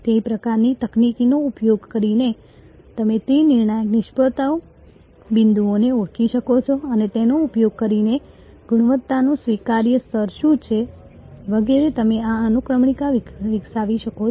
તે પ્રકારની તકનીકનો ઉપયોગ કરીને તમે તે નિર્ણાયક નિષ્ફળતા બિંદુઓને ઓળખી શકો છો અને તેનો ઉપયોગ કરીને ગુણવત્તાનું સ્વીકાર્ય સ્તર શું છે વગેરે તમે આ અનુક્રમણિકા વિકસાવી શકો છો